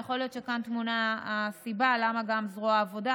יכול להיות שכאן טמונה הסיבה למה גם זרוע העבודה,